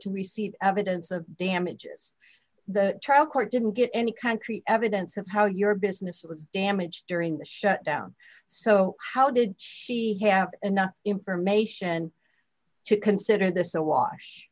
to receive evidence of damages the trial court didn't get any country evidence of how your business was damaged during the shutdown so how did she have enough information to consider this a wa